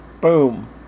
Boom